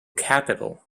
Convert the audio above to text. capital